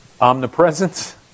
Omnipresence